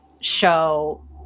show